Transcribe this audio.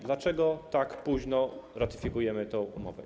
Dlaczego tak późno ratyfikujemy tę umowę?